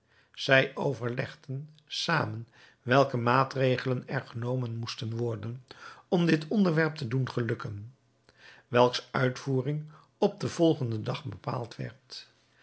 zij overlegden zamen welke maatregelen er genomen moesten worden om dit ontwerp te doen gelukken welks uitvoering op den volgenden dag bepaald werd